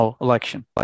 election